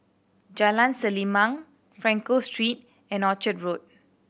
Jalan Selimang Frankel Street and Orchard Road